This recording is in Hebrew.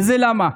וזה למה?